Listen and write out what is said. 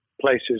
places